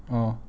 ah